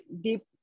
deep